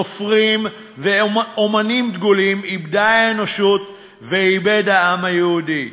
סופרים ואמנים דגולים איבדה האנושות ואיבד העם היהודי,